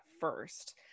first